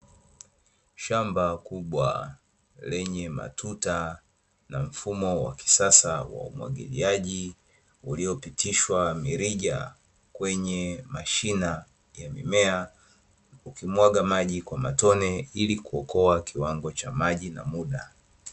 Shamba kubwa lenye matuta, na mfumo wa kisasa wa umwagiliaji, uliyopitishwa mirija kwenye mashina ya mimea, ukimwaga maji kwa matone, ili kuokoa kiwango cha maji na muda.